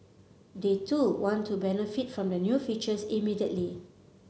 they too want to benefit from the new features immediately